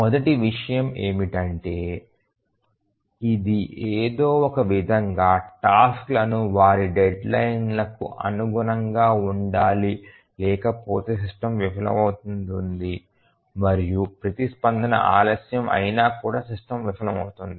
మొదటి విషయం ఏమిటంటే అది ఏదో ఒక విధంగా టాస్క్లను వారి డెడ్ లైన్ కు అనుగుణంగా ఉండాలి లేకపోతే సిస్టమ్ విఫలమవుతుంది మరియు ప్రతిస్పందన ఆలస్యం అయినా కూడా సిస్టమ్ విఫలమవుతుంది